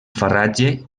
farratge